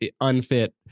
unfit